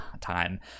time